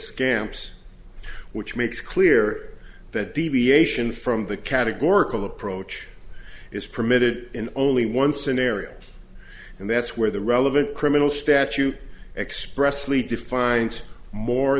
scamps which makes clear that deviation from the categorical approach is permitted in only one scenario and that's where the relevant criminal statute expressly defiant more